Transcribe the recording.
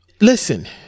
Listen